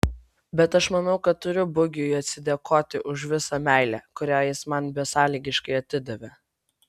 bet aš manau kad turiu bugiui atsidėkoti už visą meilę kurią jis man besąlygiškai atidavė